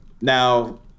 Now